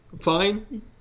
Fine